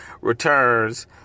returns